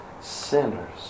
sinners